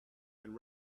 and